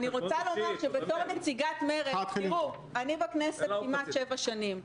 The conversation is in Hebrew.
אני בכנסת כמעט שבע שנים.